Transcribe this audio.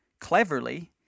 cleverly